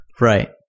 Right